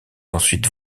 ensuite